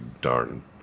darn